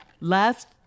Last